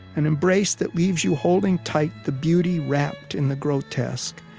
an embrace that leaves you holding tight the beauty wrapped in the grotesque,